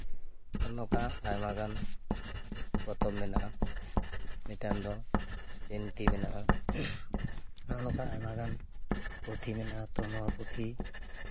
ᱟᱨ ᱱᱚᱝᱠᱟ ᱟᱭᱢᱟᱜᱟᱱ ᱯᱚᱛᱚᱵ ᱢᱮᱱᱟᱜᱼᱟ ᱢᱤᱫᱴᱮᱱ ᱫᱚ ᱵᱤᱱᱛᱤ ᱢᱮᱱᱟᱜᱼᱟ ᱟᱨ ᱱᱚᱝᱠᱟ ᱟᱭᱢᱟᱜᱟᱱ ᱯᱩᱛᱷᱤ ᱢᱮᱱᱟᱜᱼᱟ ᱛᱚ ᱱᱚᱣᱟ ᱯᱩᱛᱷᱤ